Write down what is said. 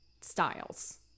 styles